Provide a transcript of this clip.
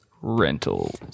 Rentals